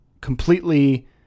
completely